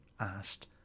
asked